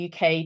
UK